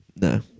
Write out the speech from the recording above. No